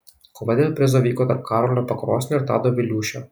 kova dėl prizo vyko tarp karolio pakrosnio ir tado viliūšio